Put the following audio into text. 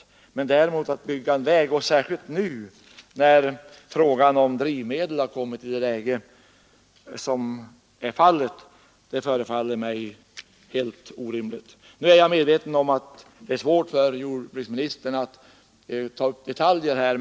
Det gör däremot en väg. Särskilt nu när vi fått dagens läge i fråga om drivmedel förefaller vägbygget helt orimligt. Jag är medveten om att det är svårt för jordbruksministern att ta upp en detalj här.